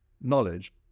knowledge